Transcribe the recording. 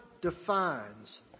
defines